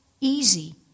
easy